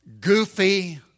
goofy